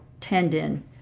tendon